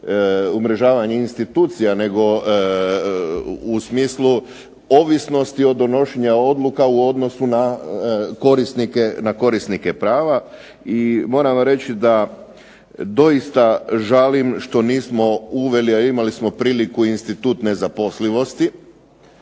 umrežavanja institucija nego u smislu ovisnosti o donošenju odluka u odnosu na korisnike prava. I moram vam reći da doista žalim što nismo uveli, a imali smo priliku, institut nezaposlivosti